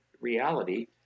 reality